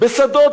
בשדות,